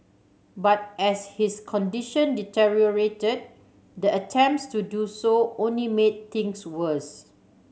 but as his condition deteriorated the attempts to do so only made things worse